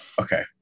Okay